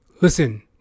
Listen